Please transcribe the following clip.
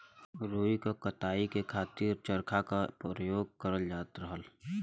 रुई क कताई के खातिर चरखा क परयोग करल जात रहल